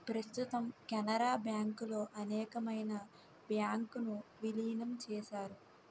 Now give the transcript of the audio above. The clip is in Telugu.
ప్రస్తుతం కెనరా బ్యాంకులో అనేకమైన బ్యాంకు ను విలీనం చేశారు